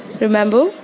Remember